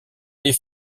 les